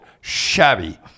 shabby